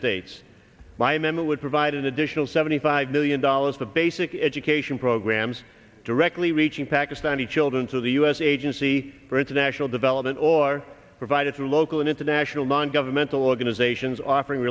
states by member would provide an additional seventy five million dollars the basic education programs directly reaching pakistani children through the u s agency for international development or provided through local and international non governmental organizations offering